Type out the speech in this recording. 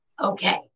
okay